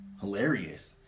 hilarious